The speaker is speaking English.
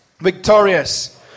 victorious